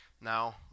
Now